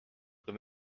kui